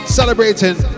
celebrating